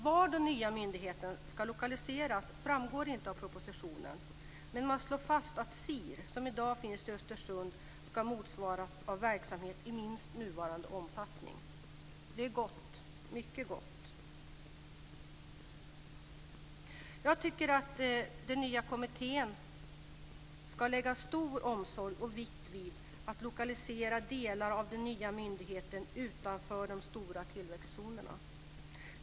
Var den nya myndigheten ska lokaliseras framgår inte av propositionen. Men man slår fast att SIR som i dag finns i Östersund ska motsvaras av verksamhet i minst nuvarande omfattning. Det är mycket gott. Jag tycker att den nya kommittén ska lägga stor omsorg och vikt vid att lokalisera delar av den nya myndigheten utanför de stora tillväxtzonerna.